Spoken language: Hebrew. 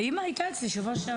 האמא הייתה אצלי שבוע שעבר.